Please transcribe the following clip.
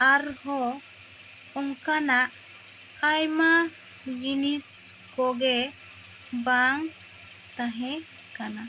ᱟᱨ ᱚᱝᱠᱟᱱᱟᱜ ᱟᱭᱢᱟ ᱡᱤᱱᱤᱥ ᱠᱚᱜᱮ ᱵᱟᱝ ᱛᱟᱦᱮᱸ ᱠᱟᱱᱟ